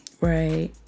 Right